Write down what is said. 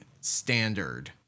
standard